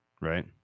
right